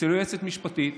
אצל יועצת משפטית